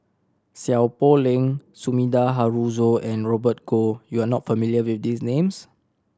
Seow Poh Leng Sumida Haruzo and Robert Goh you are not familiar with these names